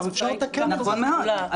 המצוקה גדולה מאוד.